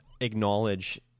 acknowledge